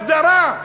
הסדרה?